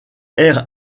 air